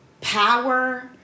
power